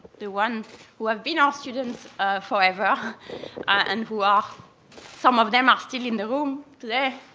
the ones who have been our students forever and who are some of them are still in the room today.